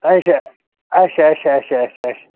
آچھا آچھا آچھا آچھا آچھا آچھ